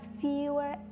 fewer